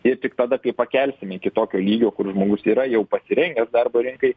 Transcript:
ir tik tada kai pakelsime iki tokio lygio kur žmogus yra jau pasirengęs darbo rinkai